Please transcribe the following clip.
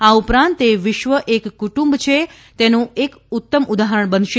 આ ઉપરાંત તે વિશ્વ એક કુટુંબ છે તેનું એક ઉત્તમ ઉદાહરણ બનશે